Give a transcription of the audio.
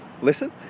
listen